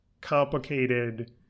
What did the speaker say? complicated